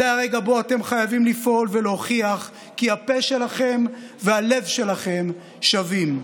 זה הרגע שבו אתם חייבים לפעול ולהוכיח כי הפה שלכם והלב שלכם שווים.